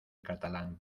catalán